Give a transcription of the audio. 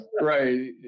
Right